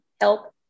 help